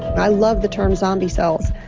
i love the term zombie cells